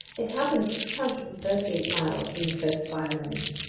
it happened six hundred and thirty eight miles from the coast of ireland.